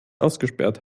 ausgesperrt